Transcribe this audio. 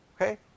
okay